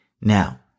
now